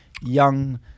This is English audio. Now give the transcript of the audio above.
young